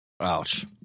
Ouch